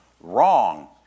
Wrong